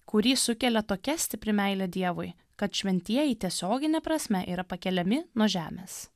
kurį sukelia tokia stipri meilė dievui kad šventieji tiesiogine prasme yra pakeliami nuo žemės